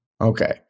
Okay